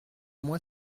moi